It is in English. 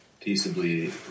peaceably